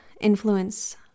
influence